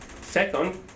Second